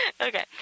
Okay